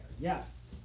Yes